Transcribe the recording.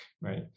right